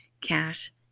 cash